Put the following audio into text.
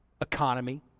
economy